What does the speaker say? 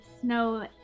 snow